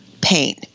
pain